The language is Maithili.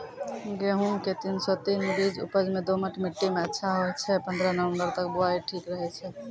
गेहूँम के तीन सौ तीन बीज उपज मे दोमट मिट्टी मे अच्छा होय छै, पन्द्रह नवंबर तक बुआई ठीक रहै छै